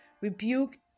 rebuke